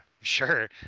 sure